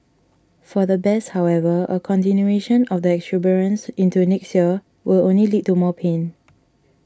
for the bears however a continuation of the exuberance into next year will only lead to more pain